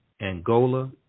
Angola